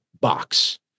box